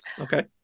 okay